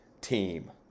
team